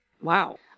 Wow